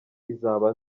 izaba